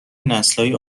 نسلهای